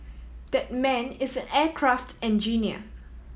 that man is an aircraft engineer